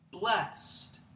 blessed